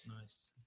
Nice